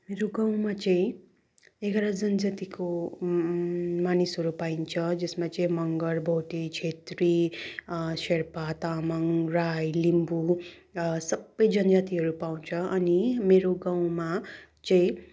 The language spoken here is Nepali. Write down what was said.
मेरो गाउँमा चाहिँ एघार जनजातिको मानिसहरू पाइन्छ जसमा चाहिँ मगर भोटे छेत्री शेर्पा तामाङ राई लिम्बू सबै जनजातिहरू पाउँछ अनि मेरो गाउँमा चाहिँ